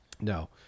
no